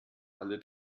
alle